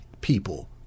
people